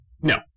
No